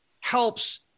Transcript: helps